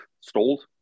stalled